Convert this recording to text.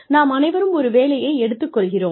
நாம் அனைவரும் ஒரு வேலையை எடுத்துக் கொள்கிறோம்